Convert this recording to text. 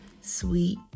sweet